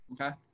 okay